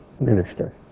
minister